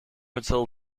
until